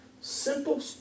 simple